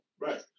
Right